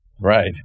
Right